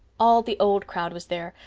all the old crowd was there,